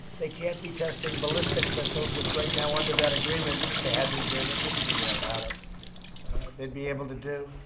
they can't be testing ballistic missiles, which, right now, under that agreement, if they had the agreement which we are out of they'd be able to do.